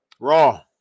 Raw